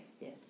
yes